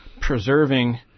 preserving